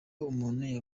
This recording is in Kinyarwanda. umuntu